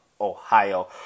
Ohio